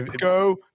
go